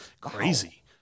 crazy